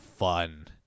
fun